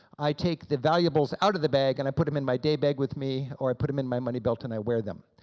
i take the valuables out of the bag and put them in my day bag with me, or put them in my money belt, and i wear them.